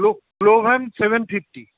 ক্লো ক্লোভ্যাম seven fifty